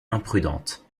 imprudente